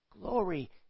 Glory